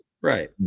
Right